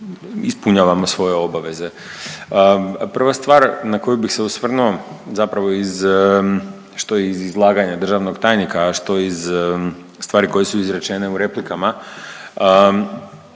ispunjavamo svoje obaveze. Prva stvar na koju bih se osvrnuo zapravo iz što iz izlaganja državnog tajnika, a što iz stvari koje su izrečene u replikama,